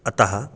अतः